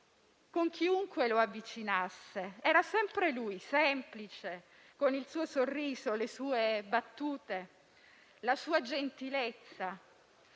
Con chiunque lo avvicinasse era sempre lui, semplice, con il suo sorriso, le sue battute, la sua gentilezza,